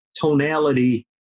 tonality